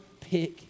pick